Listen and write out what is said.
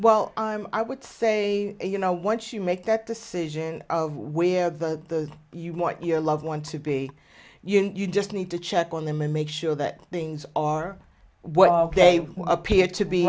well i would say you know once you make that decision of where the you want your loved one to be you just need to check on them and make sure that things are what they appear to be